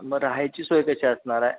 मग राहायची सोय कशी असणार आहे